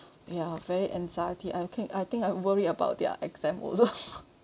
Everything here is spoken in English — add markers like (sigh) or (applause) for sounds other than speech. ya very anxiety I okay I think I worry about their exam also (laughs)